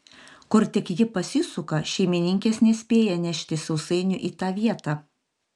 kur tik ji pasisuka šeimininkės nespėja nešti sausainių į tą vietą